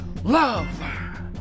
Love